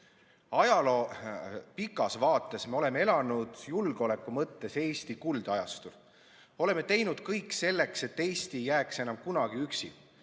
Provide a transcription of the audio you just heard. Ajaloo pikas vaates oleme me julgeoleku mõttes elanud Eesti kuldajastul. Oleme teinud kõik selleks, et Eesti ei jääks enam kunagi üksi: